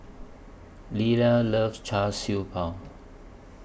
Leila loves Char Siew Bao